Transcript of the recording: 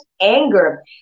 anger